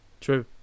True